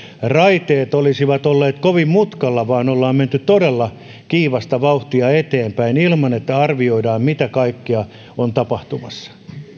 raiteet olisivat olleet kovin mutkalla vaan ollaan menty todella kiivasta vauhtia eteenpäin ilman että arvioidaan mitä kaikkea on tapahtumassa